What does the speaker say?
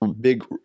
big